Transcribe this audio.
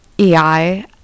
EI